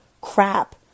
crap